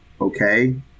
okay